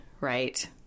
right